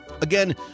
Again